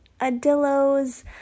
Adillo's